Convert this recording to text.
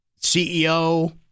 CEO